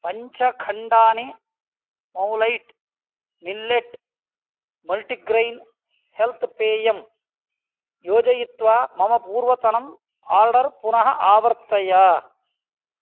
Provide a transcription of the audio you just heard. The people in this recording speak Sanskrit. पञ्च खण्डानि मौलैट् मिल्लेट् मल्टिग्रैन् हेल्त् पेयं योजयित्वा मम पूर्वतनम् आर्डर् पुनः आवर्तय